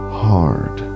hard